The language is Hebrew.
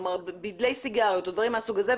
בדלי סיגריות או דברים מהסוג הזה,